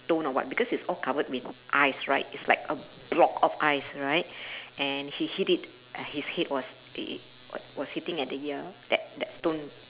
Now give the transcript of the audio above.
stone or what because it's all covered with ice right it's like a block of ice right and he hit it his head was it it was hitting at the ear that that stone